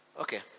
Okay